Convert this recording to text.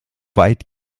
weit